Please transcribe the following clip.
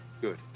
Good